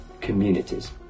communities